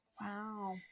Wow